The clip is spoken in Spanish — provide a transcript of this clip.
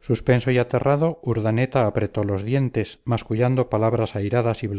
suspenso y aterrado urdaneta apretó los dientes mascullando palabras airadas y